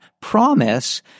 promise